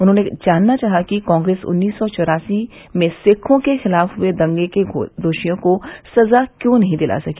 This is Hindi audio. उन्होंने जानना चाहा कि कांग्रेस उन्नीस सौ चौरासी में सिखों के खिलाफ हुए दंगों के दोषियों को सजा क्यों नहीं दिला सकी